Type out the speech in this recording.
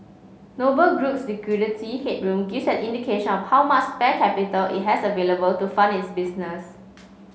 Noble Group's liquidity headroom gives an indication of how much spare capital it has available to fund its business